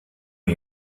lui